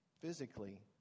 physically